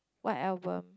what album